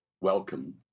welcome